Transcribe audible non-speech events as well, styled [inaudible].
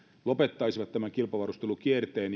lopettaisivat tämän kilpavarustelukierteen [unintelligible]